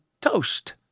toast